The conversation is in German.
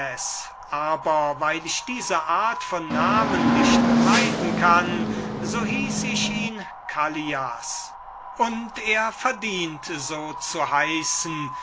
aber weil ich diese art von namen nicht leiden kann so hieß ich ihn callias und er verdient so zu heißen